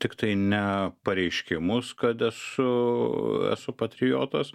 tiktai ne pareiškimus kad esu esu patriotas